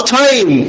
time